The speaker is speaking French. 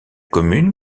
commune